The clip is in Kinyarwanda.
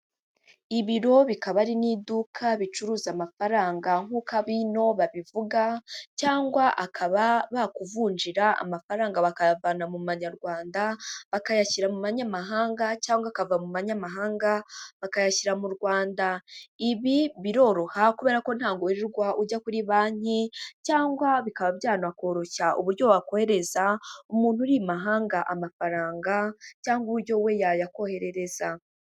Ibiro bikaba ari n'iduka bicuruza amafaranga nk'uko abino babivuga cyangwa akaba bakuvunjira, amafaranga bakayavana mu manyarwanda bakayashyira mu manyamahanga cyangwa akava mu manyamahanga bakayashyira mu Rwanda. Ibi biroroha kubera ko ntabwo wirirwa ujya kuri banki cyangwa bikaba byanakoroshya uburyo wakoherereza umuntu uri i mahanga amafaranga cyangwa uburyo we yayakoherereza.